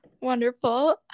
Wonderful